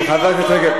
את, תגידי את האמת.